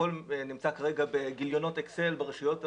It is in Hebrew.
הכול נמצא כרגע בגיליונות אקסל ברשויות המקומיות.